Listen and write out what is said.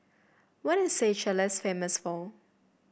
what is Seychelles famous for